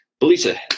Belisa